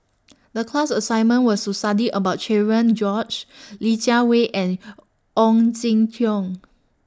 The class assignment was to study about Cherian George Li Jiawei and Ong Jin Teong